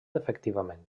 efectivament